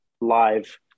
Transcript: live